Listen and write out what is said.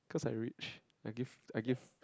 cause I reach I give I give